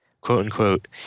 quote-unquote